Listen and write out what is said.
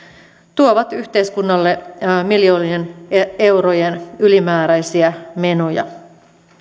tuovat yhteiskunnalle miljoonien eurojen ylimääräisiä menoja